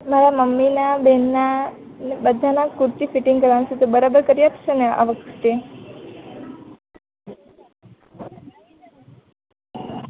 મારા મમ્મીના બેનના બધાના કુર્તી ફીટીંગ કરાવવાના છે તો બરાબર કરી આપશોને આ વખતે